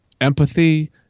empathy